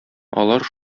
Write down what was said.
алар